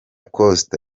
costa